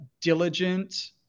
diligent